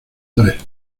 tres